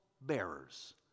bearers